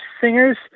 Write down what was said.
singers